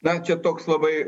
na čia toks labai